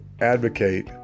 advocate